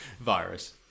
virus